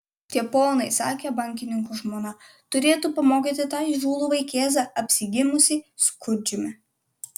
tie ponai sakė bankininko žmona turėtų pamokyti tą įžūlų vaikėzą apsigimusį skurdžiumi